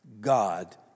God